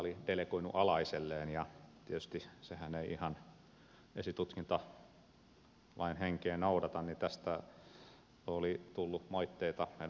sehän kun ei tietysti ihan esitutkintalain henkeä noudata niin tästä oli tullut moitteita eduskunnan oikeusasiamieheltä